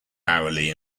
hourly